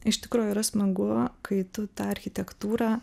iš tikrųjų yra smagu kai tu tą architektūrą